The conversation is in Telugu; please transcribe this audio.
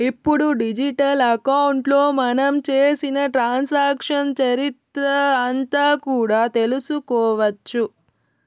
ఇప్పుడు డిజిటల్ అకౌంట్లో మనం చేసిన ట్రాన్సాక్షన్స్ చరిత్ర అంతా కూడా తెలుసుకోవచ్చు